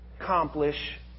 Accomplish